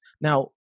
now